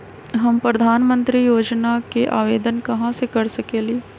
हम प्रधानमंत्री योजना के आवेदन कहा से कर सकेली?